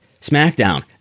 SmackDown